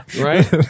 right